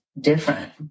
different